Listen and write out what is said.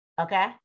okay